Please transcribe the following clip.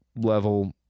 level